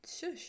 shush